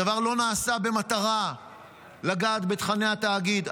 הדבר לא נעשה במטרה לגעת בתוכני התאגיד,